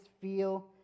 feel